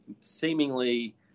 seemingly